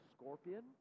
scorpion